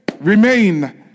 remain